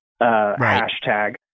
hashtag